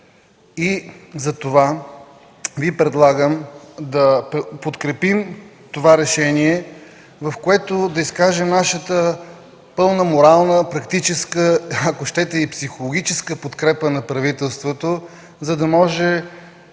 Затова Ви предлагам да подкрепим решението, с което да изкажем нашата пълна морална, практическа, ако щете и психологическа, подкрепа на правителството, за да може